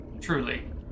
Truly